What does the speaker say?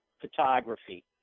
photography